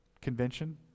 convention